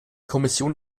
kommission